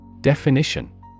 Definition